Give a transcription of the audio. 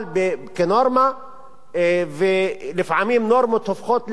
אבל כנורמה, ולפעמים נורמות הופכות לחוק,